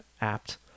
apt